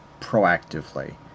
proactively